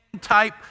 type